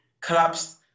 collapsed